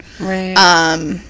Right